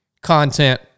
content